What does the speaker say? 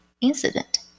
incident